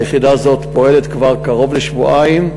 היחידה הזאת פועלת כבר קרוב לשבועיים,